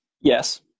Yes